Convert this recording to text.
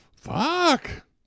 Fuck